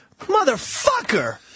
motherfucker